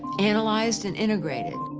analyzed and integrated.